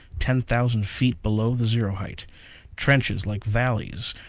ten thousand feet below the zero-height trenches, like valleys,